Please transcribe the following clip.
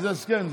איזה הסכם?